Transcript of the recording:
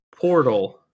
Portal